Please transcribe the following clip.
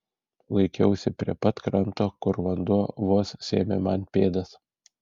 laikiausi prie pat kranto kur vanduo vos sėmė man pėdas